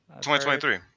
2023